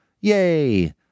Yay